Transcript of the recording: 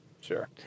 Sure